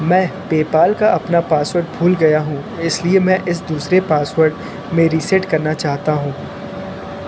मैं पेपाल का अपना पासवर्ड भूल गया हूँ इसलिए मैं इस दूसरे पासवर्ड में रीसेट करना चाहता हूँ